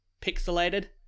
pixelated